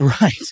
Right